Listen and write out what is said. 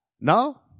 no